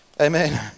amen